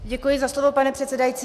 Děkuji za slovo, pane předsedající.